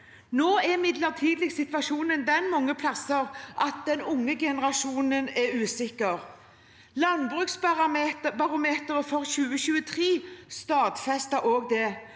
Nå er imidlertid situasjonen den mange steder at den unge generasjonen er usikker. Landbruksbarometeret for 2023 stadfestet også det